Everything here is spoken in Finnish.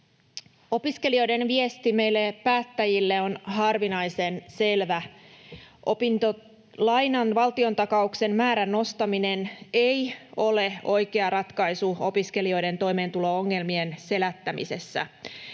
Opiskelijoiden viesti meille päättäjille on harvinaisen selvä: Opintolainan valtiontakauksen määrän nostaminen ei ole oikea ratkaisu opiskelijoiden toimeentulo-ongelmien selättämisessä.